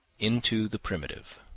into the primitive